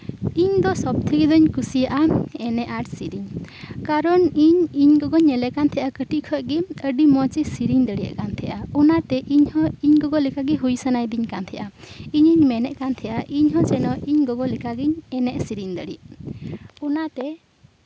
ᱤᱧ ᱫᱚ ᱥᱚᱵ ᱛᱷᱮᱠᱮ ᱫᱚᱧ ᱠᱩᱥᱤᱭᱟᱜᱼᱟ ᱮᱱᱮᱡ ᱟᱨ ᱥᱮᱹᱨᱮᱹᱧ ᱠᱟᱨᱚᱱ ᱤᱧ ᱤᱧ ᱜᱚᱜᱚᱧ ᱧᱮᱞᱮ ᱠᱟᱱ ᱛᱟᱸᱦᱮᱜᱼᱟ ᱠᱟᱹᱴᱤᱪ ᱠᱷᱚᱱ ᱜᱮ ᱟᱹᱰᱤ ᱢᱚᱸᱡᱽ ᱮ ᱥᱮᱹᱨᱮᱹᱧ ᱫᱟᱲᱮᱭᱟᱜᱼᱟ ᱠᱟᱱ ᱛᱟᱦᱮᱸᱫᱼᱟ ᱚᱱᱟᱛᱮ ᱤᱧ ᱦᱚᱸ ᱤᱧ ᱜᱚᱜᱚ ᱞᱮᱠᱟ ᱜᱮ ᱦᱩᱭ ᱥᱟᱱᱟᱭᱤᱧ ᱠᱟᱱ ᱛᱟᱦᱮᱱᱟ ᱤᱧᱤᱧ ᱢᱮᱱ ᱮᱫ ᱠᱟᱱ ᱛᱟᱦᱮᱱᱟ ᱡᱮᱱᱚ ᱤᱧ ᱜᱚᱜᱚ ᱞᱮᱠᱟᱜᱮᱧ ᱮᱱᱮᱡ ᱥᱮᱹᱨᱮᱹᱧ ᱫᱟᱲᱮᱜ ᱚᱱᱟᱛᱮ